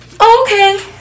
Okay